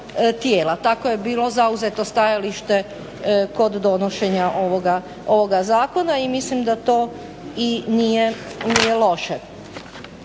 Tako je bilo zauzeto stajalište kod donošenja ovoga zakona. I mislim da to nije loše.